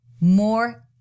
more